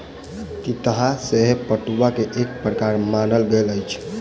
तितहा सेहो पटुआ के एक प्रकार मानल गेल अछि